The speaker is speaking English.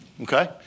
Okay